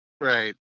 Right